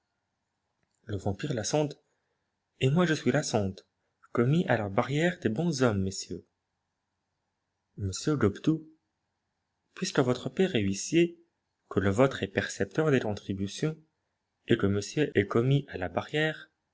le vampire lasonde et moi je suis lasonde commis à la barrière des bons hommes messieurs m gobetout puisque votre père est huissier que le vôtre est percepteur des contributions et que monsieur est commis à la barrière